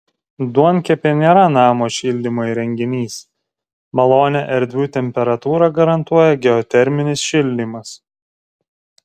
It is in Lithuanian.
duonkepė nėra namo šildymo įrenginys malonią erdvių temperatūrą garantuoja geoterminis šildymas